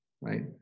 right